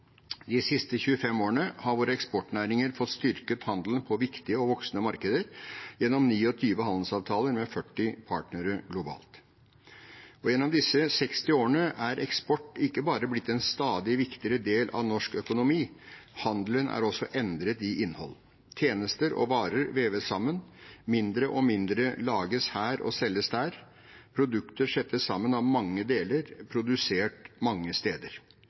De siste 25 årene har våre eksportnæringer fått styrket handelen på viktige og voksende markeder gjennom 29 handelsavtaler med 40 partnere globalt. Gjennom disse 60 årene er eksport ikke bare blitt en stadig viktigere del av norsk økonomi, handelen er også endret i innhold. Tjenester og varer veves sammen. Mindre og mindre «lages her» og «selges der». Produkter settes sammen av mange deler, produsert mange steder.